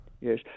Yes